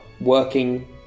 working